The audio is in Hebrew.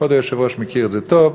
כבוד היושב-ראש מכיר את זה טוב,